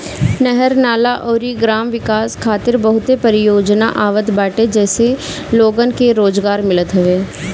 नहर, नाला अउरी ग्राम विकास खातिर बहुते परियोजना आवत बाटे जसे लोगन के रोजगार मिलत हवे